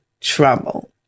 trouble